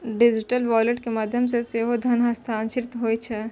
digital wallet के माध्यम सं सेहो धन हस्तांतरित होइ छै